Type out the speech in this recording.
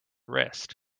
wrist